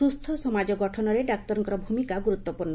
ସୁସ୍ଛ ସମାଜ ଗଠନରେ ଡାକ୍ତରଙ୍କ ଭୂମିକା ଗୁରୁତ୍ପୂର୍ଣ୍